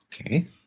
Okay